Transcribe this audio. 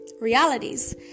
realities